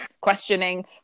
questioning